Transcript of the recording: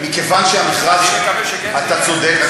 אתה צודק,